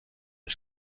der